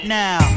now